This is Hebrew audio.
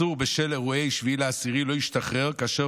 עצור בשל אירועי 7 באוקטובר לא ישתחרר כאשר